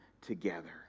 together